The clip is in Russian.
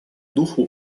духу